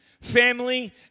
family